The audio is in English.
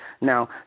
Now